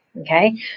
Okay